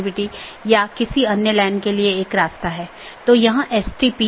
BGP AS के भीतर कार्यरत IGP को प्रतिस्थापित नहीं करता है